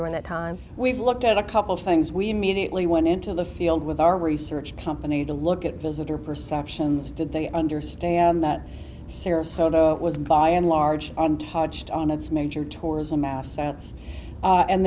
during that time we've looked at a couple things we immediately went into the field with our research company to look at visitor perceptions did they understand that sarasota was by and large untouched on its major tourism assets